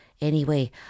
Anyway